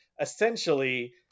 essentially